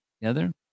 together